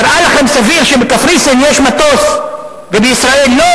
נראה לכם סביר שבקפריסין יש מטוס ובישראל לא?